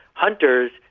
hunters,